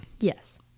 Yes